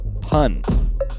Pun